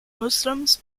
muslims